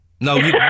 No